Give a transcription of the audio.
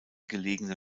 gelegene